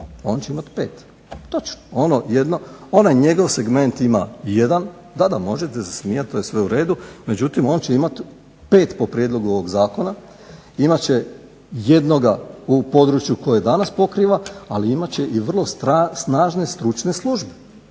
on će imati pet. Točno, onaj njegov segment ima jedan, da, da, možete se smijat, to je sve u redu, međutim on će imati pet po prijedlogu ovog zakona, imat će jednoga u području koje danas pokriva, ali imat će i vrlo snažne stručne službe